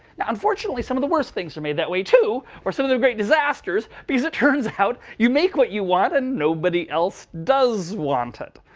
now, unfortunately, some of the worst things are made that way, too, or some of the great disasters. because it turns out you make what you want, and nobody else does want it.